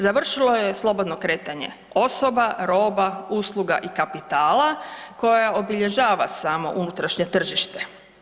Završilo je slobodno kretanje osoba, roba, usluga i kapitala, koja obilježava samo unutrašnje tržište.